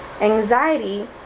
Anxiety